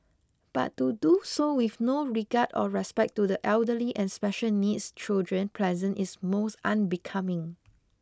but to do so with no regard or respect to the elderly and special needs children present is most unbecoming